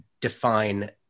define